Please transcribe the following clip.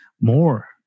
more